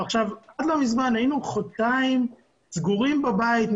עד לא מזמן היינו חודשיים סגורים בבית,